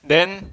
then